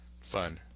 fun